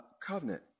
covenant